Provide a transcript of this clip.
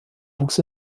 wuchs